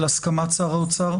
אלא הסכמת שר האוצר,